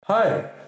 Hi